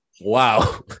wow